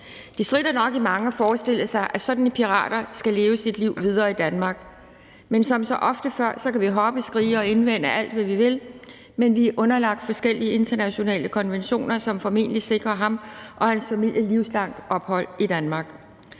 vender sig nok i mange at forestille sig, at sådan en pirat skal leve sit liv videre i Danmark, men som så ofte før kan vi hoppe, skrige og gøre alle de indvendinger, vi vil, for vi er underlagt forskellige internationale konventioner, som formentlig sikrer ham og hans familie livslangt ophold i Danmark.